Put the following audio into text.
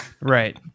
Right